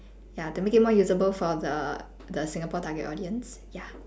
ya to make it more usable for the the singapore target audience ya